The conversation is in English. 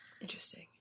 Interesting